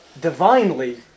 divinely